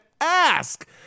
ask